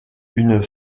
une